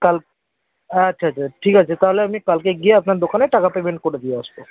কাল আচ্ছা আচ্ছা ঠিক আছে তাহলে আমি কালকে গিয়ে আপনার দোকানে টাকা পেমেন্ট করে দিয়ে আসবো